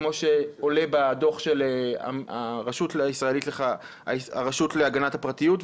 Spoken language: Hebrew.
כמו שעולה בדוח של הרשות להגנת הפרטיות?